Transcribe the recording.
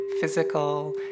physical